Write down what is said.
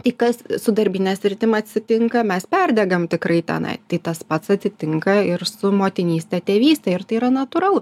tai kas su darbine sritim atsitinka mes perdegam tikrai tenai tai tas pats atsitinka ir su motinyste tėvyste ir tai yra natūralu